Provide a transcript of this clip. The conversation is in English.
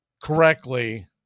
correctly